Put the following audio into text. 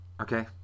Okay